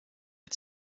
had